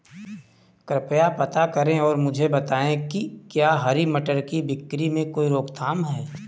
कृपया पता करें और मुझे बताएं कि क्या हरी मटर की बिक्री में कोई रोकथाम है?